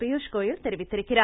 பியூஷ் கோயல் தெரிவித்திருக்கிறார்